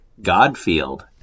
Godfield